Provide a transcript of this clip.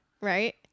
right